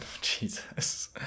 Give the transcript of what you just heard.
Jesus